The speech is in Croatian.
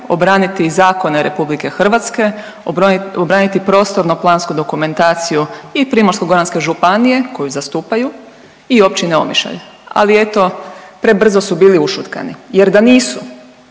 obraniti zakone RH, obraniti prostorno-plansku dokumentaciju i PGŽ koju zastupaju i Općine Omišalj. Ali eto prebrzo su bili ušutkani jer da nisu,